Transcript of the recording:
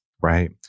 Right